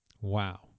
wow